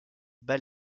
bat